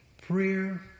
Prayer